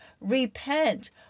Repent